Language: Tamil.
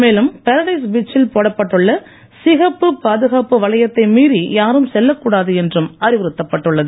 மேலும் பேரடைஸ் பீச்சில் போடப்பட்டுள்ள சிகப்பு பாதுகாப்பு வளையத்தை மீறி யாரும் செல்லக் கூடாது என்றும் அறிவுறுத்தப்பட்டுள்ளது